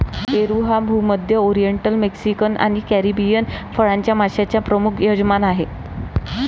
पेरू हा भूमध्य, oriental, Mexican आणि कॅरिबियन फळांच्या माश्यांचा प्रमुख यजमान आहे